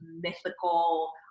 mythical